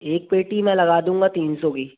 एक पेटी मैं लगा दूँगा तीन सौ की